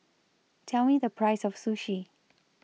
Tell Me The Price of Sushi